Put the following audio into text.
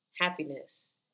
happiness